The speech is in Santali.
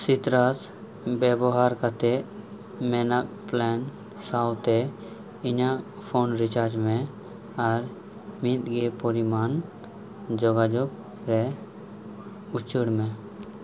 ᱥᱤᱛᱨᱟᱥ ᱵᱮᱵᱚᱦᱟᱨ ᱠᱟᱛᱮᱜ ᱢᱮᱱᱟᱜ ᱯᱞᱮᱱ ᱥᱟᱶᱛᱮ ᱤᱧᱟᱹᱜ ᱯᱷᱳᱱ ᱨᱤᱪᱟᱨᱡᱽ ᱢᱮ ᱟᱨ ᱢᱤᱫᱜᱮ ᱯᱚᱨᱤᱢᱟᱱ ᱡᱚᱜᱟᱡᱳᱜᱽ ᱨᱮ ᱩᱪᱟᱹᱲ ᱢᱮ